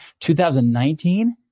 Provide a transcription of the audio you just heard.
2019